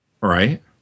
Right